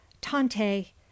Tante